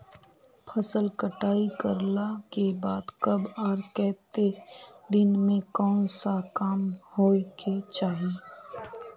फसल कटाई करला के बाद कब आर केते दिन में कोन सा काम होय के चाहिए?